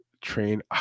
Train